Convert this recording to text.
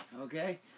okay